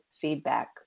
feedback